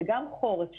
זה גם חורף שמתחיל.